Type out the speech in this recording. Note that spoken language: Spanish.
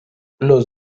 los